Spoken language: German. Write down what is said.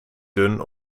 dünn